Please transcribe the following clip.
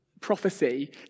prophecy